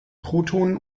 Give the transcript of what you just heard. protonen